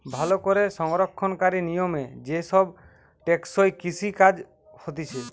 ভালো করে সংরক্ষণকারী নিয়মে যে সব টেকসই কৃষি কাজ হতিছে